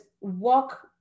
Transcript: walk